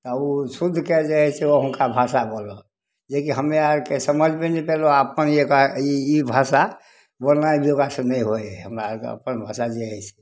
तऽ ओ शुद्धके जे हइ से ओ हुनका भाषा बनल जेकि हम्मे आरके समझबे नहि केलहुॅं आ अपन जे ई ई भाषा बोलनाइ जे ओकरा से नहि होइ हइ हमरा आरके अपन भाषा जे हइ से